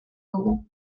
dugu